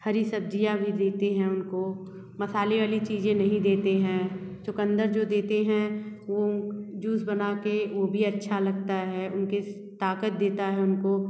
हरी सब्जियाँ भी देते हैं उनको मसाले वाली चीज़े नहीं देते हैं चुकंदर जो देते हैं वो जूस बना कर वो भी अच्छा लगता है उनको ताक़त देता है उनको